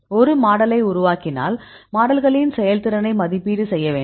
ஒரு மாடலை உருவாக்கினால் மாடல்களின் செயல்திறனை மதிப்பீடு செய்ய வேண்டும்